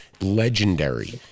legendary